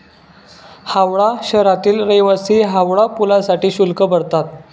हावडा शहरातील रहिवासी हावडा पुलासाठी शुल्क भरतात